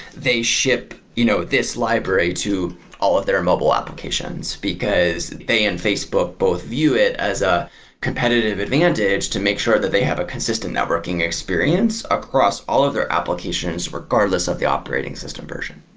they ship you know this library to all of their mobile applications, because they and facebook both view it as a competitive advantage to make sure that they have a consistent networking experience across all of their applications regardless of the operating system version